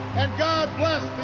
and god